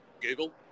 Google